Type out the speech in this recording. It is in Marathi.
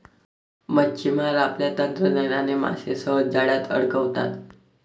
मच्छिमार आपल्या तंत्रज्ञानाने मासे सहज जाळ्यात अडकवतात